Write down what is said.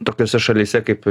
tokiose šalyse kaip